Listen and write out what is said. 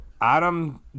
adam